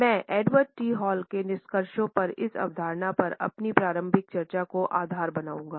मैं Edward T Hall के निष्कर्षों पर इस अवधारणा पर अपनी प्रारंभिक चर्चा को आधार बनाऊंगा